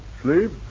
Sleep